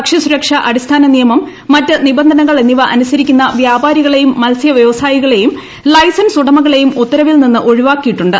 ഭക്ഷ്യസുരക്ഷാ അടിസ്ഥാന നിയമം മറ്റ് നിബന്ധനകൾ എന്നിവ അനുസരിക്കുന്ന വ്യാപാരികളെയും മത്സ്യ വ്യവസായികളേയും ലൈസൻസ് ജൂട്ടമകളേയും ഉത്തരവിൽ നിന്ന് ഒഴിവാക്കിയിട്ടുണ്ട്